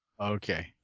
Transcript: Okay